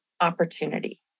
opportunity